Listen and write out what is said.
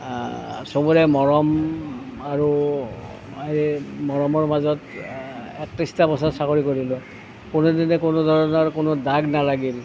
চবৰে মৰম আৰু এই মৰমৰ মাজত একত্ৰিছটা বছৰ চাকৰি কৰিলোঁ কোনো দিনে কোনো ধৰণৰ কোনো দাগ নালাগিল